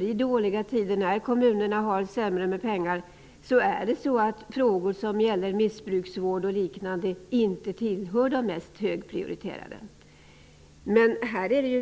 i dåliga tider när kommunerna har sämre ekonomi tillhör inte missbruksfrågor och liknande de mest högprioriterade frågorna.